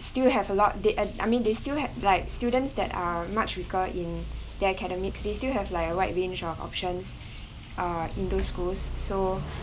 still have a lot the uh I mean they still have like students that are much weaker in their academics they still have like a wide range of options uh in those schools so